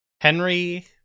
Henry